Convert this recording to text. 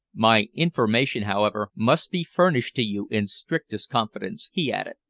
my information, however, must be furnished to you in strictest confidence, he added,